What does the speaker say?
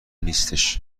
نیستش